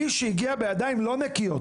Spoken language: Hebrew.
מי שהגיע בידיים לא נקיות